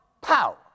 power